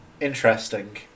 Interesting